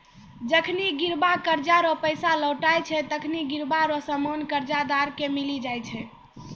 जखनि गिरब कर्जा रो पैसा लौटाय छै ते गिरब रो सामान कर्जदार के मिली जाय छै